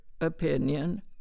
opinion